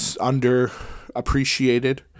under-appreciated